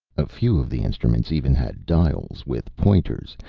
a few of the instruments even had dials with pointers.